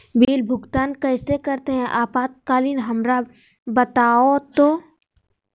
Bill भुगतान कैसे करते हैं आपातकालीन हमरा बताओ तो?